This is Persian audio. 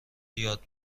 یاد